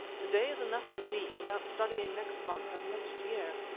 to-day is enough for me without studying next month and next year.